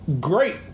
great